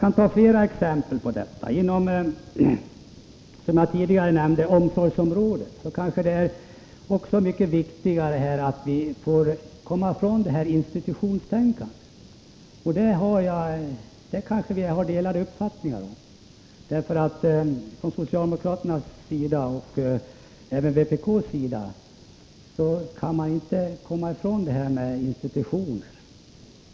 Inom omsorgsområdet är det, som jag tidigare nämnde, viktigt att komma ifrån institutionstänkandet. Där kanske vi har delade meningar. Socialdemokraterna och även vpk har litet svårt att komma ifrån det här med institutioner.